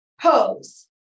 pose